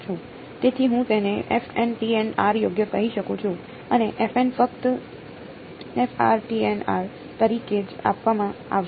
તેથી હું તેને યોગ્ય કહી શકું છું અને ફક્ત તરીકે જ આપવામાં આવશે